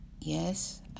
yes